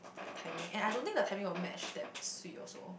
like timing and I don't think the timing will match that swee also